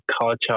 culture